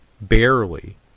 barely